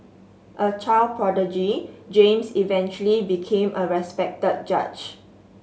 a child prodigy James eventually became a respected judge